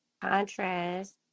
contrast